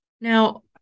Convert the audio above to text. Now